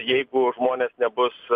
jeigu žmonės nebus